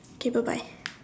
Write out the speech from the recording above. okay bye bye